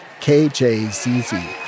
KJZZ